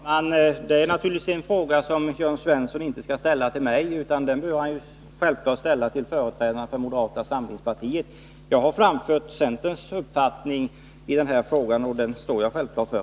Herr talman! Detta är naturligtvis en fråga som Jörn Svensson inte bör ställa till mig utan till företrädarna för moderata samlingspartiet. Jag har framfört centerns uppfattning i frågan, och den står jag självfallet för.